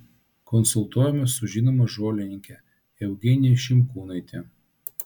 konsultuojamės su žinoma žolininke eugenija šimkūnaite